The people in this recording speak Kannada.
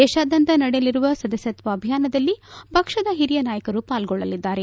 ದೇಶಾದ್ಯಂತ ನಡೆಯಲಿರುವ ಸದಸ್ಕತ್ವ ಅಭಿಯಾನದಲ್ಲಿ ಪಕ್ಷದ ಹಿರಿಯ ನಾಯಕರು ಪಾಲ್ಗೊಳ್ಳಲಿದ್ದಾರೆ